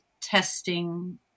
testing